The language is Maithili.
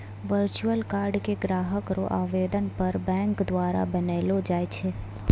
वर्चुअल कार्ड के ग्राहक रो आवेदन पर बैंक द्वारा बनैलो जाय छै